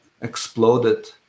exploded